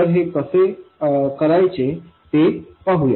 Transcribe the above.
तर हे कसे करायचे ते पाहूया